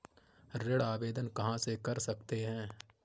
ऋण आवेदन कहां से कर सकते हैं?